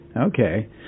okay